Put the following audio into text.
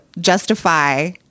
justify